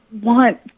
want –